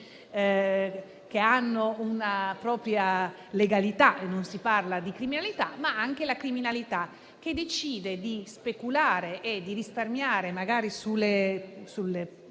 che hanno una propria legalità e non si parla di criminalità; ma vi è anche la criminalità che decide di speculare e di risparmiare sui